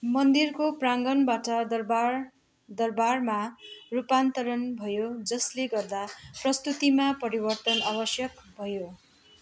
मन्दिरको प्राङ्गणबाट दरबार दरबारमा रूपान्तरण भयो जसले गर्दा प्रस्तुतिमा परिवर्तन आवश्यक भयो